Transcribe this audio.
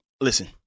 Listen